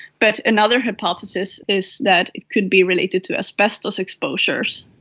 but another hypothesis is that it could be related to asbestos exposures.